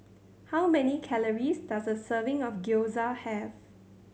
how many calories does a serving of Gyoza have